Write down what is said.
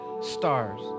stars